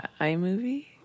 iMovie